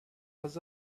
was